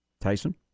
Tyson